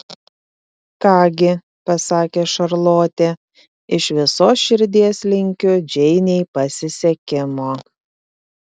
ką gi pasakė šarlotė iš visos širdies linkiu džeinei pasisekimo